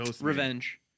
Revenge